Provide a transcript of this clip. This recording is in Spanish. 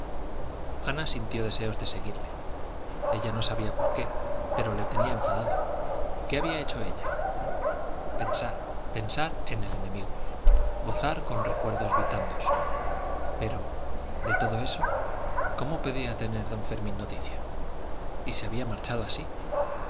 ana sintió deseos de seguirle ella no sabía por qué pero le tenía enfadado qué había hecho ella pensar pensar en el enemigo gozar con recuerdos vitandos pero de todo eso cómo podía tener don fermín noticia y se había marchado así